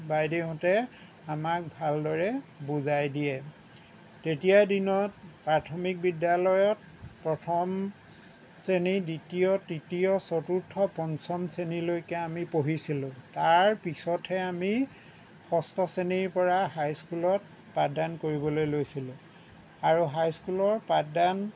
বাইদেউহঁতে আমাক ভালদৰে বুজাই দিয়ে তেতিয়াৰ দিনত প্ৰাথমিক বিদ্যালয়ত প্ৰথম শ্ৰেণী দ্বিতীয় তৃতীয় চতুৰ্থ পঞ্চম শ্ৰেণীলৈকে আমি পঢ়িছিলোঁ তাৰপিছতহে আমি ষষ্ঠ শ্ৰেণীৰ পৰা হাই স্কুলত পাঠদান কৰিবলৈ লৈছিলোঁ আৰু হাই স্কুলৰ পাঠদান